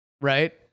right